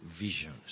visions